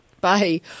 Bye